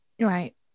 Right